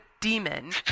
demon